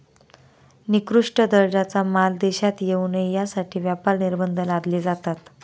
निकृष्ट दर्जाचा माल देशात येऊ नये यासाठी व्यापार निर्बंध लादले जातात